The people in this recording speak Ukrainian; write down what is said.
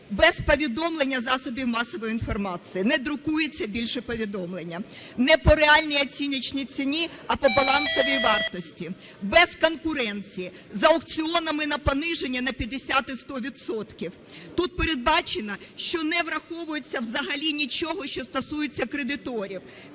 без повідомлення засобів масової інформації, не друкується більше повідомлення. Не по реальній оціночній ціні, а по балансовій вартості, без конкуренції, з аукціонами на пониження на 50 і 100 відсотків. Тут передбачено, що не враховується взагалі нічого, що стосується кредиторів.